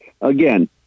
Again